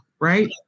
right